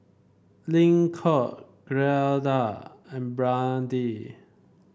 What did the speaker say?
Lincoln Gilda and Brandee